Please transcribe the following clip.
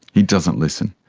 he doesn't listen.